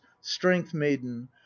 strength-maiden